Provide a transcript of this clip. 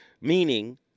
meaning